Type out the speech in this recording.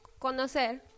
conocer